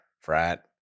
frat